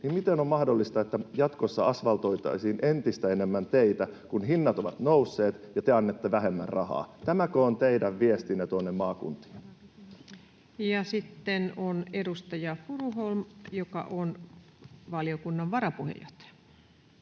niin miten on mahdollista, että jatkossa asvaltoitaisiin entistä enemmän teitä, kun hinnat ovat nousseet ja te annatte vähemmän rahaa? Tämäkö on teidän viestinne tuonne maakuntiin? [Speech 549] Speaker: Ensimmäinen varapuhemies Paula